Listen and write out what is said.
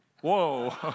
Whoa